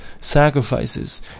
sacrifices